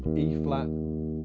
e flat,